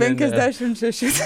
penkiasdešim šeši